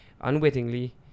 unwittingly